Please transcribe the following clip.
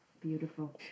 Beautiful